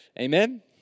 Amen